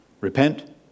Repent